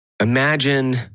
imagine